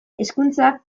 hezkuntzak